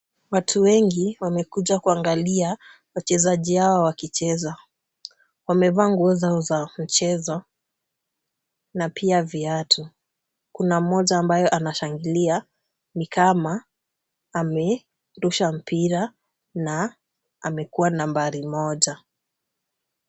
Watu wengi wamekuja kuangalia wachezaji hawa wakicheza. Wamevaa nguo zao za mchezo na pia viatu. Kuna mmoja ambaye anashangilia, ni kama amerusha mpira na amekuwa nambari moja.